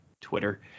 twitter